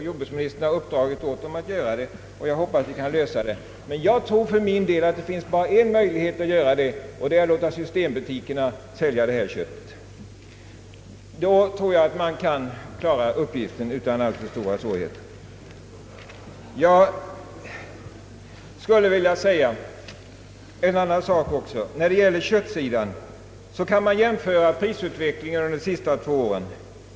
Jordbruksministern har uppdragit åt den att göra det, och jag hoppas problemet skall kunna lösas, men jag tror för min del att det bara finns en möjlighet, nämligen att låta systembutikerna sälja det här köttet. Då tror jag att man kan klara uppgiften utan alltför stora svårigheter. Vidare skulle jag vilja påpeka att man kan jämföra prisutvecklingen på kött under de senaste två åren.